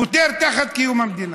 חותר תחת קיום המדינה.